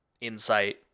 insight